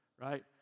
right